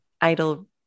idle